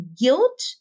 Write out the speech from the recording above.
guilt